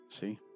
See